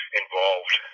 involved